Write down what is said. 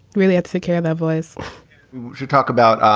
really? i take care of that voice you talk about